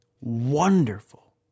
wonderful